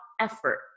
effort